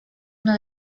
una